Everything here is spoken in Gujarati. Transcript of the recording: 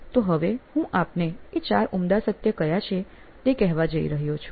તો હવે હું આપને એ ચાર ઉમદા સત્ય કયા છે તે કહેવા જઈ રહ્યો છું